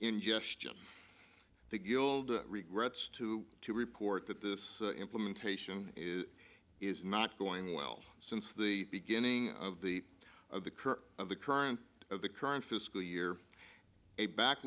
ingestion the guild regrets to report that this implementation is is not going well since the beginning of the of the curve of the current of the current fiscal year a back